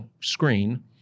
screen